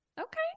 okay